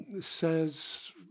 says